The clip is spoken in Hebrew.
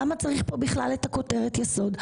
למה צריך פה בכלל את הכותרת יסוד?